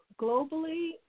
globally